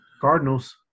Cardinals